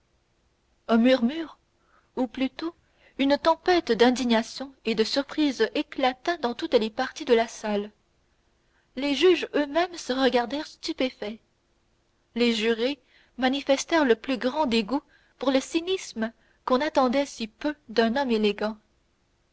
un murmure ou plutôt une tempête d'indignation et de surprise éclata dans toutes les parties de la salle les juges eux-mêmes se regardèrent stupéfaits les jurés manifestèrent le plus grand dégoût pour le cynisme qu'on attendait si peu d'un homme élégant